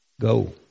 go